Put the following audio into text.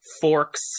Forks